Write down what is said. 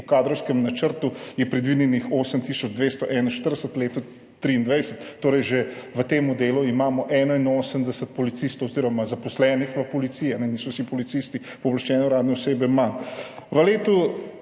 Po kadrovskem načrtu je predvidenih 8241 v letu 2023, torej že v tem delu imamo 81 policistov oziroma zaposlenih v Policiji manj, niso vsi policisti pooblaščene uradne osebe. Konec leta